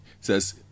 says